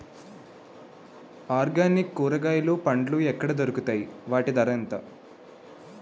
Organic కూరగాయలు పండ్లు ఎక్కడ దొరుకుతాయి? వాటి ధర ఎంత?